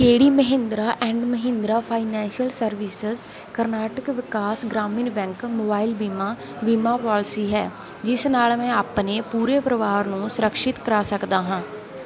ਕਿਹੜੀ Mahindra and Mahindra financial services Karnataka Vikas Grameen bank mobile ਬੀਮਾ ਬੀਮਾ ਪਾਲਸੀ ਹੈ ਜਿਸ ਨਾਲ ਮੈਂ ਆਪਣੇ ਪੂਰੇ ਪਰਿਵਾਰ ਨੂੰ ਸੁਰਕਸ਼ਿਤ ਕਰਾ ਸਕਦਾ ਹਾਂ